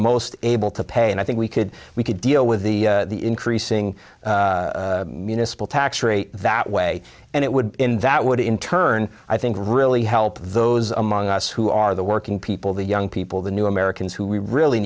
most able to pay and i think we could we could deal with the increasing municipal tax rate that way and it would that would in turn i think really help those among us who are the working people the young people the new americans who we really